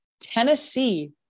Tennessee